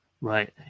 Right